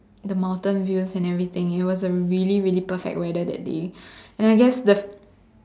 the mountain views and everything it was a really really perfect weather that day and I guess the